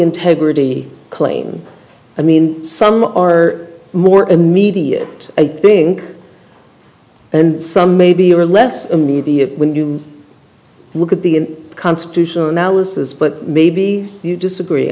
integrity claims i mean some are more immediate i think and some maybe are less immediate when you look at the constitution analysis but maybe you disagree